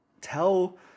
tell